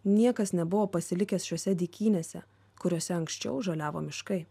niekas nebuvo pasilikęs šiose dykynėse kuriose anksčiau žaliavo miškai